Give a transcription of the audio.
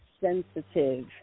sensitive